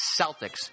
Celtics